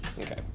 Okay